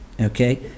Okay